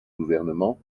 gouvernement